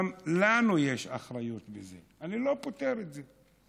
גם לנו יש אחריות בזה, אני לא פוטר את זה.